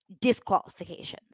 disqualifications